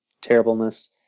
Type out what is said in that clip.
terribleness